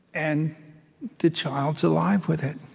and the child's alive with it